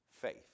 faith